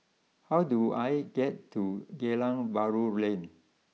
how do I get to Geylang Bahru Lane